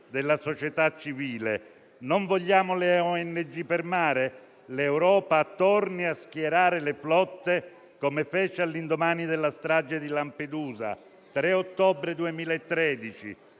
della società civile. Non vogliamo le ONG per mare? L'Europa torni a schierare le flotte, come fece all'indomani della strage di Lampedusa del 3 ottobre 2013,